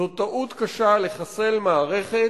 זו טעות קשה לחסל מערכת